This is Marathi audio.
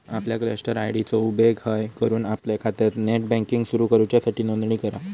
आपल्या क्लस्टर आय.डी चो उपेग हय करून आपल्या खात्यात नेट बँकिंग सुरू करूच्यासाठी नोंदणी करा